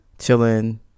Chilling